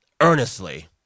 earnestly